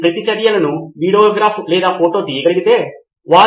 professor అవును నేను చెబుతున్న దానికి అదనంగా మీకు ఇది ఇప్పటికే అక్కడ ఉంది